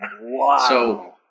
Wow